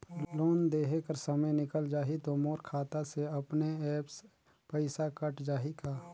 Loan देहे कर समय निकल जाही तो मोर खाता से अपने एप्प पइसा कट जाही का?